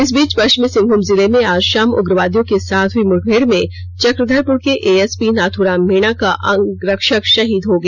इस बीच पष्चिमी सिंहमूम जिले में आज शाम उग्रवादियों के साथ हई मुठमेड में चक्रधरपुर के एएसपी नाथुराम मीणा का अंग रक्षक शहीद हो गया